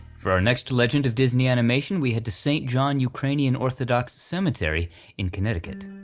for our next legend of disney animation we head to saint john ukranian orthodox cemetery in connecticut.